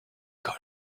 cols